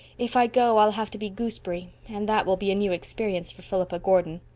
if i go i'll have to be gooseberry, and that will be a new experience for philippa gordon.